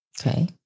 Okay